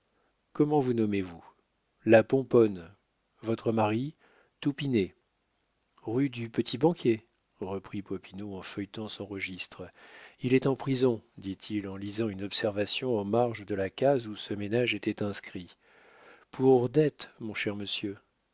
comment vous nommez-vous la pomponne votre mari toupinet rue du petit-banquier reprit popinot en feuilletant son registre il est en prison dit-il en lisant une observation en marge de la case où ce ménage était inscrit pour dettes mon cher monsieur